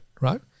right